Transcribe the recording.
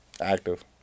active